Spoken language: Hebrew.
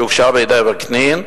שהוגשה בידי וקנין,